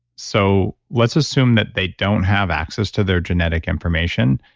so let's assume that they don't have access to their genetic information.